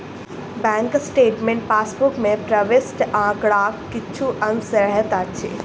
bank statement passbook मे प्रविष्ट आंकड़ाक किछु अंश रहैत अछि